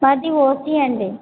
మాది ఓసి అండి